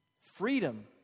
Freedom